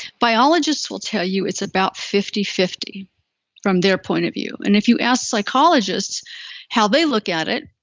biologists will tell you it's about fifty fifty from their point of view and if you ask psychologists how they look at it,